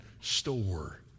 store